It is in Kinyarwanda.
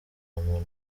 muntu